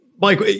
Mike